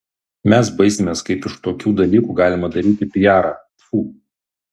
mes baisimės kaip iš tokių dalykų galima daryti pijarą tfu